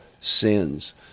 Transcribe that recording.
sins